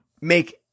make